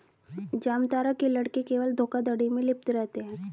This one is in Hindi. जामतारा के लड़के केवल धोखाधड़ी में लिप्त रहते हैं